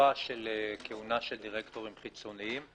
חובה של כהונה של דירקטורים חיצוניים,